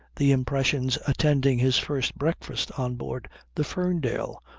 the impressions attending his first breakfast on board the ferndale,